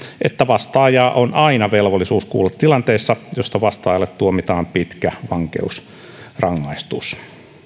että vastaajaa on aina velvollisuus kuulla tilanteessa jossa vastaajalle tuomitaan pitkä vankeusrangaistus